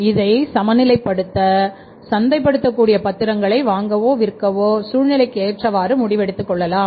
இதை சமநிலைப்படுத்த சந்தைப்படுத்த கூடிய பத்திரங்களை வாங்கவோ விற்கவோ சூழ்நிலைக்கு ஏற்றவாறு முடிவெடுத்துக் கொள்ளலாம்